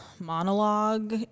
monologue